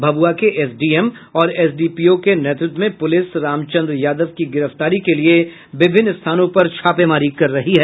भभुआ के एसडीएम और एसडीपीओ के नेतृत्व में पुलिस रामचंद्र यादव की गिरफ्तारी के लिये विभिन्न स्थानों पर छापेमारी कर रही है